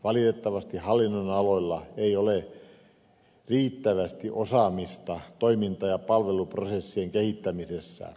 valitettavasti hallinnonaloilla ei ole riittävästi osaamista toiminta ja palveluprosessien kehittämisessä